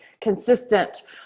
consistent